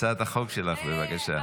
הצעת החוק שלך, בבקשה.